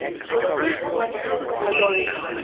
so the first one is alorica.